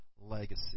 legacy